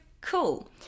Cool